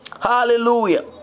Hallelujah